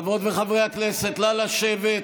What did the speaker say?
חברות וחברי הכנסת, נא לשבת.